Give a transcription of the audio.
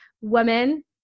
women